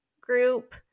Group